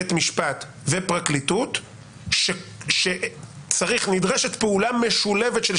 בית משפט ופרקליטות שנדרשת פעולה משולבת של